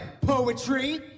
poetry